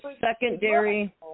secondary